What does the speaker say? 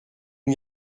n’y